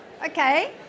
Okay